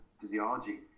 physiology